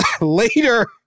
Later